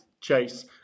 chase